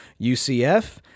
UCF